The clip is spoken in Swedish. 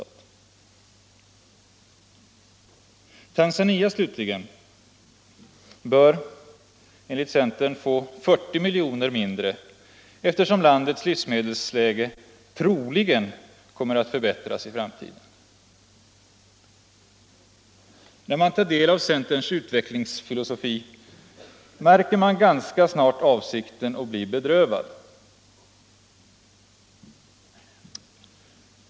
Tanzania slutligen bör enligt centern få 40 miljoner mindre, eftersom landets livsmedelsläge troligen kommer att förbättras i framtiden. När man tar del av centerns utvecklingsfilosofi märker man ganska snart avsikten och blir bedrövad.